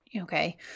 okay